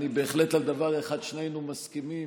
בהחלט על דבר אחד שנינו מסכימים,